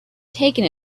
taken